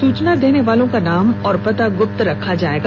सूचना देने वालों का नाम और पता गुप्त रखा जायेगा